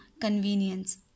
convenience